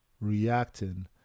reacting